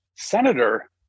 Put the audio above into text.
Senator